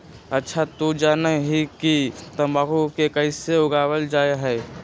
अच्छा तू जाना हीं कि तंबाकू के कैसे उगावल जा हई?